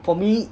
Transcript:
for me